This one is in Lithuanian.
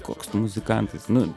koks tu muzikantas nu